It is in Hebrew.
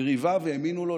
יריביו האמינו לו.